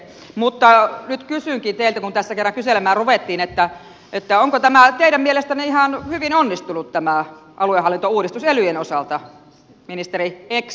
mutta nyt kysynkin teiltä kun tässä kerran kyselemään ruvettiin onko tämä aluehallintouudistus teidän mielestänne ihan hyvin onnistunut elyjen osalta ex ministeri lehtomäki